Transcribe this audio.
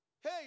hey